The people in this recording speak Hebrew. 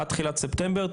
עד תחילת ספטמבר,